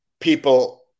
people